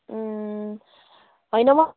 होइन म